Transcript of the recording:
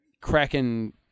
cracking